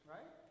Right